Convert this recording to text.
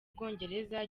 bwongereza